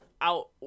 out